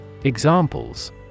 Examples